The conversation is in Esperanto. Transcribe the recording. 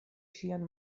ŝian